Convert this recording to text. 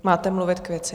Máte mluvit k věci.